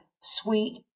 sweet